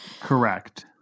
Correct